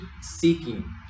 seeking